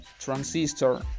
transistor